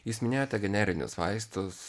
jūs minėjote generinius vaistus